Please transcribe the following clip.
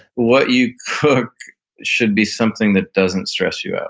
what you cook should be something that doesn't stress you out.